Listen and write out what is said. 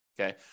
Okay